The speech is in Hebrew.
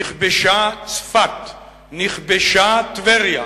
"נכבשה צפת", "נכבשה טבריה".